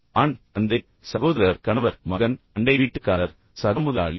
ஆண் தந்தை சகோதரர் கணவர் மகன் அண்டை வீட்டுக்காரர் சக முதலாளி